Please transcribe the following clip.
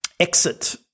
Exit